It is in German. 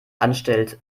anstellt